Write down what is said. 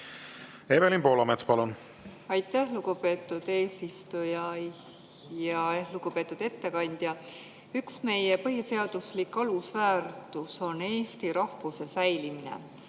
demograafiapoliitikaga? Aitäh, lugupeetud eesistuja! Lugupeetud ettekandja! Üks meie põhiseaduslik alusväärtus on eesti rahvuse säilimine.